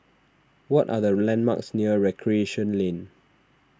what are the landmarks near Recreation Lane